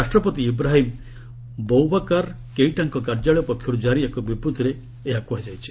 ରାଷ୍ଟ୍ରପତି Ibrahim Boubacar କେଇଟାଙ୍କ କାର୍ଯ୍ୟାଳୟ ପକ୍ଷରୁ ଜାରି ଏକ ବିବୃତ୍ତିରେ ଏହା କୁହାଯାଇଛି